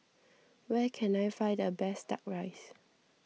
where can I find the best Duck Rice